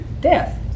death